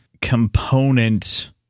component